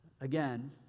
again